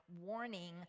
warning